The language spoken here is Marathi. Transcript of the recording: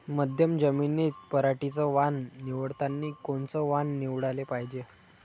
मध्यम जमीनीत पराटीचं वान निवडतानी कोनचं वान निवडाले पायजे?